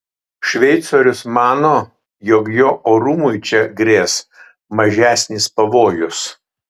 šveicorius mano jog jo orumui čia grės mažesnis pavojus